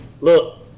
Look